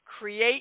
Create